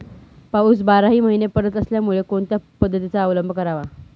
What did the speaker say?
पाऊस बाराही महिने पडत असल्यामुळे कोणत्या पद्धतीचा अवलंब करावा?